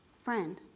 Friend